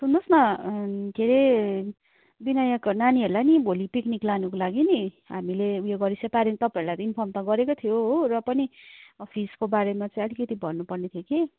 सुन्नुहोस् न के अरे बिनायक नानीहरूलाई भोलि पिकनिक लानुको लागि नि हामीले उयो गरेको प्यारेन्ट तपाईँहरूलाई इन्फर्म त गरेको थियो हो र पनि फिसको बारेमा चाहिँ अलिकति भन्नुपर्ने थियो कि